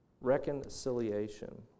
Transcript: reconciliation